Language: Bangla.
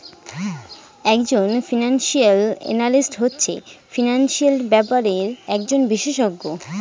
এক জন ফিনান্সিয়াল এনালিস্ট হচ্ছে ফিনান্সিয়াল ব্যাপারের একজন বিশষজ্ঞ